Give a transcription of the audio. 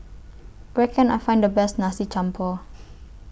Where Can I Find The Best Nasi Campur